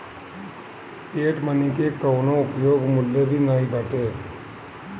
fiat money के कवनो उपयोग मूल्य भी नाइ बाटे